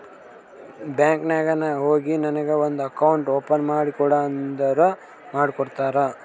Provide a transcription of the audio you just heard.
bank ನಾಗ್ ಹೋಗಿ ನನಗ ಒಂದ್ ಅಕೌಂಟ್ ಓಪನ್ ಮಾಡಿ ಕೊಡ್ರಿ ಅಂದುರ್ ಮಾಡ್ಕೊಡ್ತಾರ್